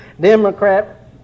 Democrat